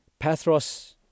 Pathros